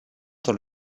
dans